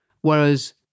Whereas